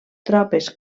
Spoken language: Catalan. tropes